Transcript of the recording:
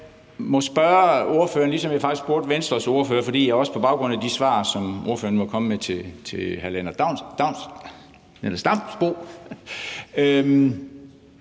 jeg må spørge ordføreren, ligesom jeg faktisk spurgte Venstres ordfører – og også på baggrund af de svar, som ordføreren kom med til hr. Lennart Damsbo